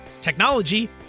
technology